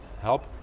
help